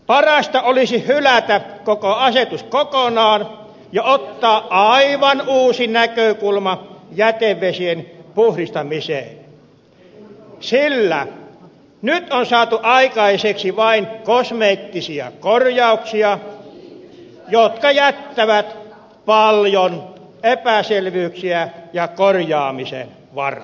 parasta olisi hylätä koko asetus kokonaan ja ottaa aivan uusi näkökulma jätevesien puhdistamiseen sillä nyt on saatu aikaiseksi vain kosmeettisia korjauksia jotka jättävät paljon epäselvyyksiä ja korjaamisen varaa